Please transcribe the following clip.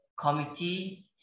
committee